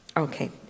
Okay